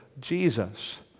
Jesus